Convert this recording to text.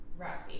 Rousey